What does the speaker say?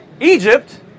Egypt